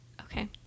Okay